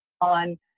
on